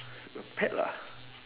a pet lah